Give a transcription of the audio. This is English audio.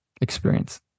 experience